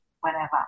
whenever